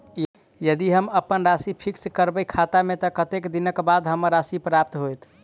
यदि हम अप्पन राशि फिक्स करबै खाता मे तऽ कत्तेक दिनक बाद हमरा राशि प्राप्त होइत?